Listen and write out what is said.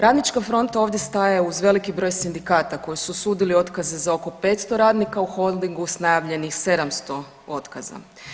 Radnička fronta ovdje staje uz veliki broj sindikata koji su osudili otkaze za oko 500 radnika u Holdingu s najavljenih 700 otkaza.